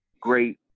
great